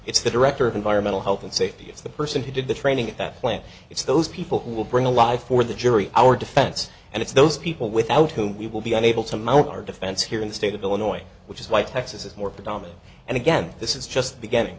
it's the director of environmental health and safety it's the person who did the training at that plant it's those people who will bring alive for the jury our defense and it's those people without whom we will be unable to mount our defense here in the state of illinois which is why texas is more predominant and again this is just beginning